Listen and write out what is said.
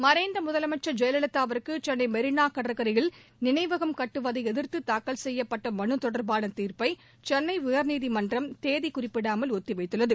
மறைந்த முதலமைச்சர் ஜெயலலிதாவுக்கு சென்ளை மெரினா கடற்கரையில் நினைவகம் கட்டுவதை எதிர்த்து தாக்கல் செய்யப்பட்ட மனு தொடர்பான தீர்ப்பை சென்னை உயர்நீதிமன்றம் தேதி குறிப்பிடாமல் ஒத்தி வைத்துள்ளது